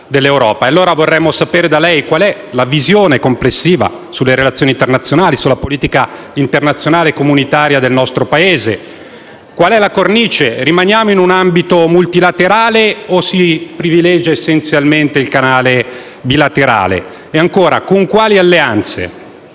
Pertanto, vorremmo sapere da lei qual è la visione complessiva sulle relazioni internazionali, sulla politica internazionale e comunitaria del nostro Paese; qual è la cornice. Rimaniamo in un ambito multilaterale o si privilegia essenzialmente il canale bilaterale? Ancora, con quali alleanze?